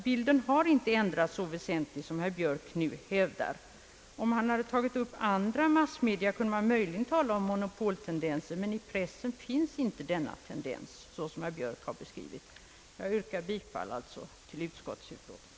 Bilden har inte ändrats så väsentligt som herr Björk nu hävdar. Om han hade tagit upp andra massmedia kunde man möjligen tala om monopoltendenser, men i pressen finns inte en sådan som herr Björk har beskrivit. Jag yrkar bifall till utskottets hemställan.